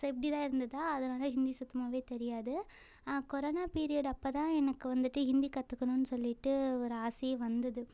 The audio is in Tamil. ஸோ இப்படி தான் இருந்துதா அதனால ஹிந்தி சுத்தமாகவே தெரியாது கொரோனா பீரியட் அப்போ தான் எனக்கு வந்துவிட்டு ஹிந்தி கற்றுக்கணுன்னு சொல்லிவிட்டு ஒரு ஆசையே வந்துது